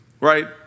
right